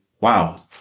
wow